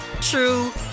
true